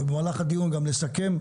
ובמהלך הדיון גם לסכם,